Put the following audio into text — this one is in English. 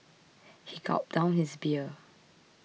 he gulped down his beer